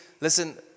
listen